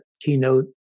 keynote